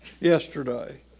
yesterday